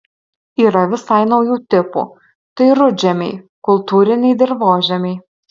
yra visai naujų tipų tai rudžemiai kultūriniai dirvožemiai